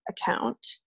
account